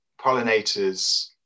pollinators